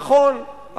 נכון,